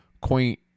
quaint